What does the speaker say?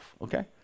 Okay